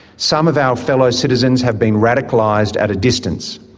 some of our fellow citizens have been radicalised at a distance.